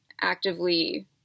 actively